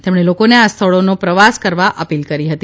તેમણે લોકોને આ સ્થળોનો પ્રવાસ કરવા અપીલ કરી હતી